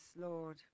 Lord